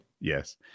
Yes